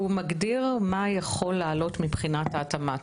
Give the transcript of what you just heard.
הוא מגדיר מה יכול לעלות מבחינת ההתאמה.